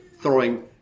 throwing